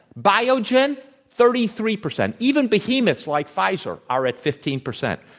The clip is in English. biogen thirty three percent. even behemoths like pfizer are at fifteen percent.